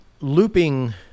looping